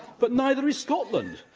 but neither is scotland,